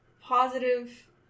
positive